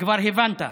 כבר הבנת.